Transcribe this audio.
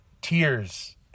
tears